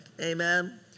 amen